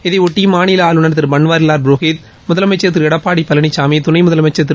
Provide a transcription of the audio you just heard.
இதைபொட்டி மாநில ஆளுநர் திரு பன்வாரி லால் புரோகித் முதலமைச்சர் திரு எடப்பாடி பழனிசாமி துணை முதலமைச்சர் திரு